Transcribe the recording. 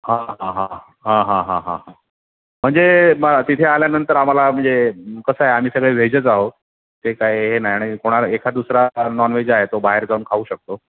हां हां हां हां हां हां हां हां म्हणजे मग तिथे आल्यानंतर आम्हाला म्हणजे कसं आहे आम्ही सगळे वेजच आहोत ते काय हे नाही आणि कोणाला एखा दुसरा नॉनव्हेज आहे तो बाहेर जाऊन खाऊ शकतो